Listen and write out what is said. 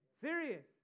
Serious